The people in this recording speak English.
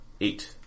Eight